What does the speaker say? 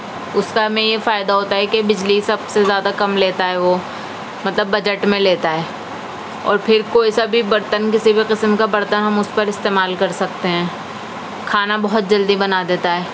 اُس کا ہمیں یہ فائدہ ہوتا ہے کہ بِجلی سب سے زیادہ کم لیتا ہے وہ مطلب بجٹ میں لیتا ہے اور پھر کوئی سا بھی برتن کسی بھی قسم کا برتن ہم اُس پر استعمال کر سکتے ہیں کھانا بہت جلدی بنا دیتا ہے